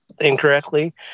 incorrectly